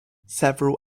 several